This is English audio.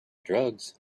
drugs